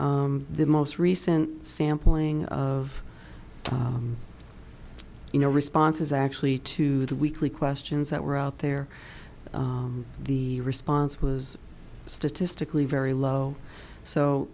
the most recent sampling of you know responses actually to the weekly questions that were out there the response was statistically very low so